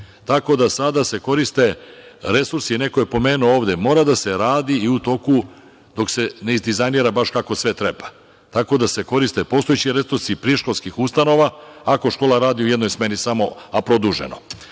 bilo. Tako da sada se koriste resursi. Neko je pomenuo ovde – mora da se radi i u toku dok se ne izdizajnira baš kako sve treba. Tako da se koriste postojeći resursi priškolskih ustanova ako škola radi u jednoj smeni samo, a produženo. Znači,